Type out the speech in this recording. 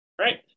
right